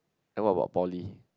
then what about poly